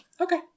Okay